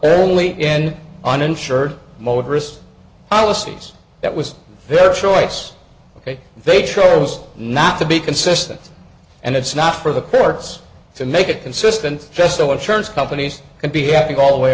only in uninsured motorist policies that was their choice ok they chose not to be consistent and it's not for the courts to make a consistent festal insurance companies could be having all the way